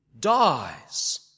dies